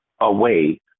away